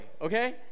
okay